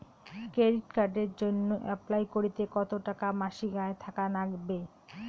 Credit কার্ডের জইন্যে apply করিতে কতো টাকা মাসিক আয় থাকা নাগবে?